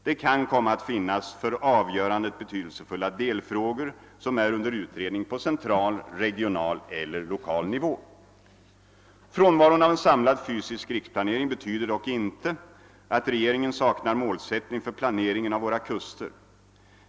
Det kan komma att finnas för avgörandet betydelsefulla delfrågor som är under utredning på central, regional eller lokal nivå. Frånvaron av en samlad fysisk riksplanering betyder dock inte att regeringen saknar målsättning för planeringen av våra kuster.